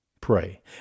Pray